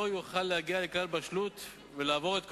לא יוכל להגיע לכלל בשלות ולעבור את כל